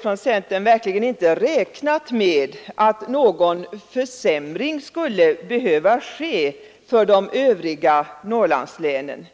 Från centern har vi verkligen inte räknat med att någon försämring skulle behöva ske för de övriga Norrlandslänen.